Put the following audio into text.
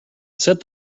set